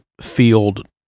field